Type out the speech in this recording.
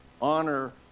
honor